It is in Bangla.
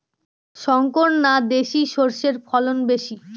শংকর না দেশি সরষের ফলন বেশী?